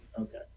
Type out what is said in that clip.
Okay